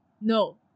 No